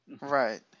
Right